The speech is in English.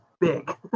big